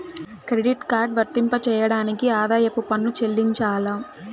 Credit card వర్తింపజేయడానికి ఆదాయపు పన్ను చెల్లించాలా?